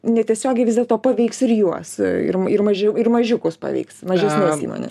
netiesiogiai vis dėlto paveiks ir juos ir ir mažiau ir mažiukus paveiks mažesnes įmones